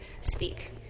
speak